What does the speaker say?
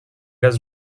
has